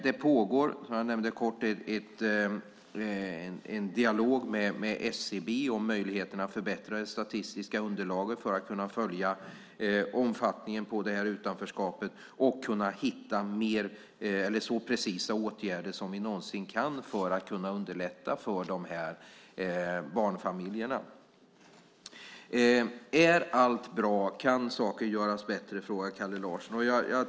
Det pågår också en dialog med SCB om möjligheterna att förbättra det statistiska underlaget för att kunna följa omfattningen av utanförskapet och hitta så precisa åtgärder som vi någonsin kan för att underlätta för dessa barnfamiljer. Är allt bra eller kan saker göras bättre, frågar Kalle Larsson.